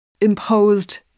imposed